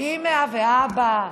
אימא ואבא.